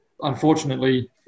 Unfortunately